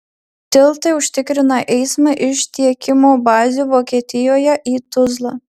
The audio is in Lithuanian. tiltai užtikrina eismą iš tiekimo bazių vokietijoje į tuzlą